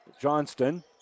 Johnston